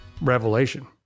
revelation